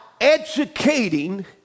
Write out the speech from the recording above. educating